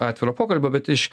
atviro pokalbio bet iš